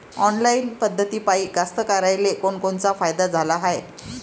Online पद्धतीपायी कास्तकाराइले कोनकोनचा फायदा झाला हाये?